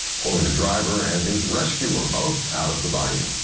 pulling the driver and his rescuer both out of the bayou.